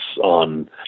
on